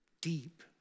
Deep